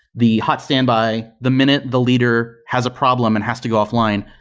the hot standby, the minute the leader has a problem and has to go offline,